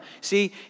See